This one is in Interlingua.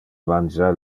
mangia